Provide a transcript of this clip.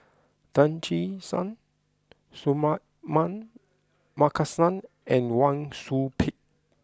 Tan Che Sang Suratman Markasan and Wang Sui Pick